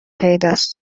پیداست